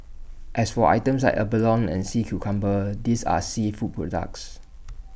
as for items like abalone and sea cucumber these are seafood products